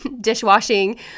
dishwashing